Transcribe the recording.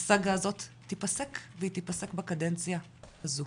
הסאגה הזאת תיפסק והיא תיפסק בקדנציה הזו.